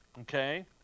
okay